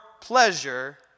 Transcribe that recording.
pleasure